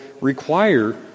require